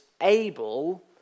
able